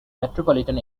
metropolitan